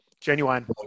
genuine